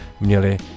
měli